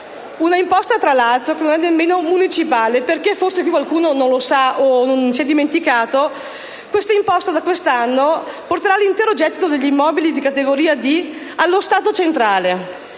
Un'imposta, tra l'altro, che non è nemmeno municipale. Perché, forse qui qualcuno non lo sa o si è dimenticato, da quest'anno quest'imposta porterà l'intero gettito degli immobili di categoria catastale D allo Stato centrale,